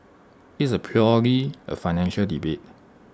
it's purely A financial debate